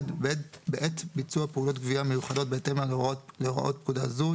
בעת ביצוע פעולות גבייה מיוחדות בהתאם להוראות פקודה זו,